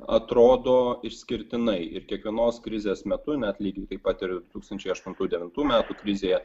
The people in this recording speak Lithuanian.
atrodo išskirtinai ir kiekvienos krizės metu net lygiai taip pat ir tūkstančiai aštuntų devintų metų krizėje